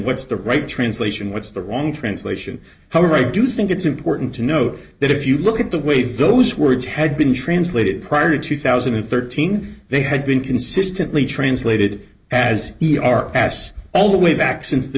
what's the right translation what's the wrong translation however i do think it's important to note that if you look at the way those words had been translated prior to two thousand and thirteen they had been consistently translated as e r ass all the way back since the